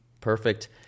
perfect